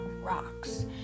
rocks